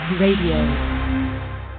RADIO